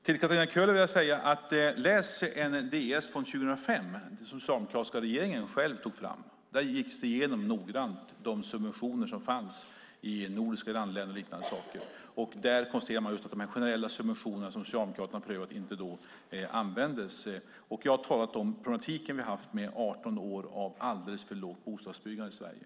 Jag uppmanar Katarina Köhler att läsa den Ds från 2005 som den socialdemokratiska regeringen tog fram. I den gicks det noga igenom de subventioner som fanns i nordiska grannländer och liknande saker. Där konstaterade man att de generella subventioner som Socialdemokraterna prövat inte användes. Jag har också talat om problematiken med 18 år av alldeles för lågt bostadsbyggande i Sverige.